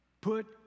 Put